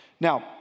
Now